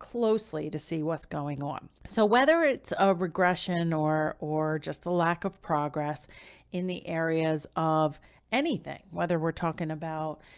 closely to see what's going on. so whether it's a regression or, or just the lack of progress in the areas of anything, whether we're talking about